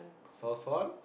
first one